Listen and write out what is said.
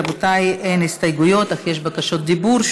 רבותיי, אין הסתייגויות, אך יש בקשות דיבור.